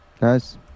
Guys